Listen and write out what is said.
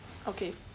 okay